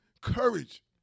courage